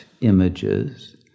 images